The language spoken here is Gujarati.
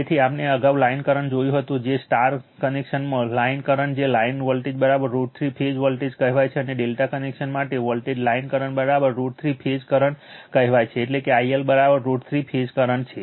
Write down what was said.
તેથી આપણે અગાઉ લાઇન કરંટ જોયું હતું કે જે સ્ટાર કનેક્શનમાં લાઇન કરંટ જે લાઇન વોલ્ટેજ √ 3 ફેઝ વોલ્ટેજ કહેવાય છે અને ∆ કનેક્શન માટે volt line current √ 3 phase current કહેવાય છે એટલે કે IL √ 3 ફેઝ કરંટ છે